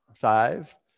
Five